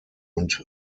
und